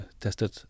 tested